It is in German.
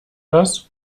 das